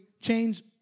change